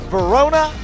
Verona